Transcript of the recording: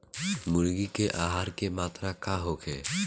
मुर्गी के आहार के मात्रा का होखे?